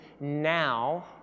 now